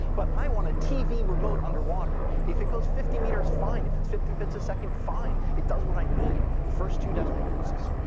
but i want a tv remote underwater. if it goes fifty meters, fine. if it's fifty bits a second, fine, it does what i need. first two decimal places.